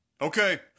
okay